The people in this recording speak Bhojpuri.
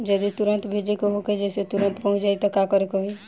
जदि तुरन्त भेजे के होखे जैसे तुरंत पहुँच जाए त का करे के होई?